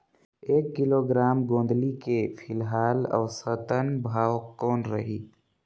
एक किलोग्राम गोंदली के फिलहाल औसतन भाव कौन रही?